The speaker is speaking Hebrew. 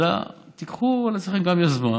אלא גם תיקחו על עצמכם יוזמה,